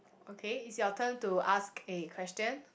okay is your turn to ask a question